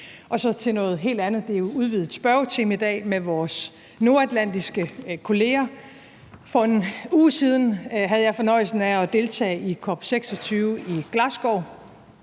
Så til noget helt andet, for det er jo en udvidet spørgetime i dag med vores nordatlantiske kolleger: For en uge siden havde jeg fornøjelsen af at deltage i COP26 i Glasgow